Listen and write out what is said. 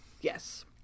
Yes